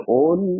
own